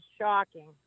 shocking